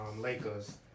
Lakers